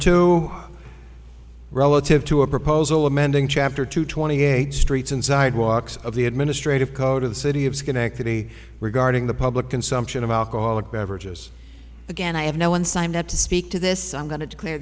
two relative to a proposal amending chapter two twenty eight streets and sidewalks of the administrative code of the city of schenectady regarding the public consumption of alcoholic beverages again i have no one signed up to speak to this i'm going to declare